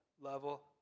level